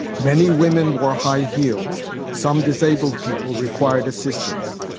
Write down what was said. many women wore high heels some disabled people required assistance.